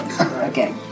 Okay